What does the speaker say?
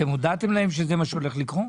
הודעתם להם שזה מה שהולך לקרות.